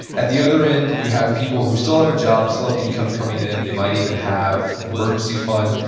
at the other end, you have people who still have a job, they still have income coming in, they might even have an emergency fund.